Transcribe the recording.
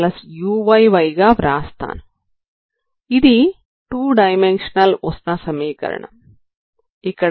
ఇక్కడ x y లు వస్తువుకి సంబంధించినవి